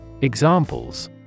Examples